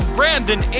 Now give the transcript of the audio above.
Brandon